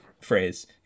phrase